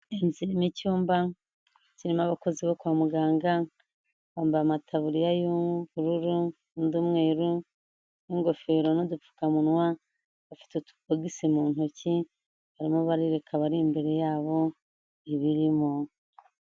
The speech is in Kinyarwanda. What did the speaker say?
Inzu irimo icyumba kirimo abakozi bo kwa muganga, bambaye amataburiya y'ubururu n'umweru n'ingofero n'udupfukamunwa, bafite utubogisi mu ntoki harimo barereka abari imbere yabo ibirimo.